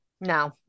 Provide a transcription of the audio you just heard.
no